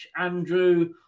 Andrew